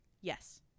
Yes